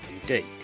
indeed